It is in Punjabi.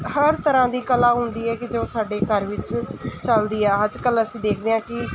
ਹਰ ਤਰ੍ਹਾਂ ਦੀ ਕਲਾ ਹੁੰਦੀ ਹੈ ਕਿ ਜੋ ਸਾਡੇ ਘਰ ਵਿੱਚ ਚਲਦੀ ਅੱਜ ਕੱਲ੍ਹ ਅਸੀਂ ਦੇਖਦੇ ਹਾਂ ਕਿ